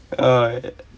oh